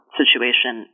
situation